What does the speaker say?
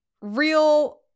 real